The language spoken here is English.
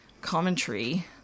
commentary